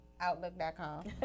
Outlook.com